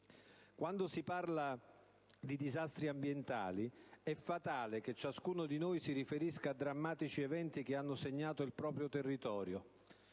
Quando si parla di disastri ambientali è fatale che ciascuno di noi si riferisca a drammatici eventi che hanno segnato il proprio territorio: